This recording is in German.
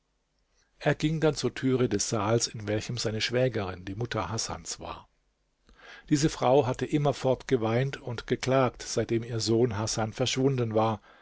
er ging dann zur türe des saals in welchem seine schwägerin die mutter hasans war diese frau hatte immerfort geweint und geklagt seitdem ihr sohn hasan verschwunden war